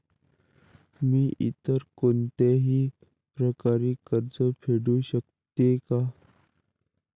मी इतर कोणत्याही प्रकारे कर्ज फेडू शकते का?